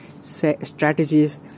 strategies